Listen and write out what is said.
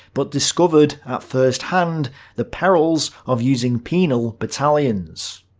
but discovered at first hand the perils of using penal battalions.